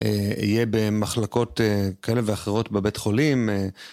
יהיה במחלקות כאלה ואחרות בבית חולים.